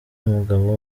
umugabo